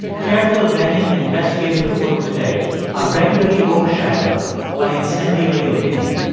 careful vetting and investigative reporting today are regularly overshadowed by incendiary opinion.